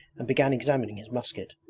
and began examining his musket.